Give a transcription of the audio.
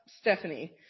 stephanie